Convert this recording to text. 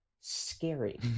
scary